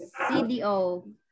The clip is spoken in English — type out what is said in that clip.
CDO